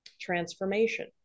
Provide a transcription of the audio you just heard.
transformation